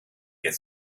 get